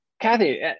Kathy